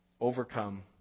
overcome